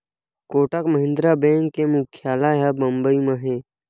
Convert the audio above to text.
Kotak Mahindra bank के मुख्यालय ह बंबई म हे